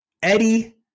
Eddie